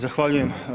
Zahvaljujem.